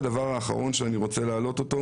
הדבר האחרון שאני רוצה להעלות, הוא